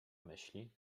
myśli